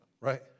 Right